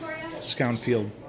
Scoundfield